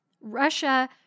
Russia